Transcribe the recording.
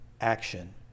action